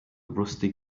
rusty